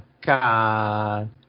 god